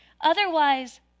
Otherwise